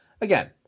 again